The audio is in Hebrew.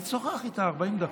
והיא תשוחח איתה 40 דקות,